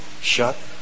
shut